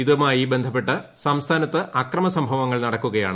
ഇതുമായി ബന്ധപ്പെട്ട് സംസ്ഥാനത്ത് അക്രമ സംഭവങ്ങൾ ന്ടക്കുകയാണ്